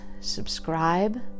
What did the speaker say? subscribe